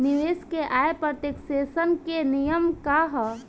निवेश के आय पर टेक्सेशन के नियम का ह?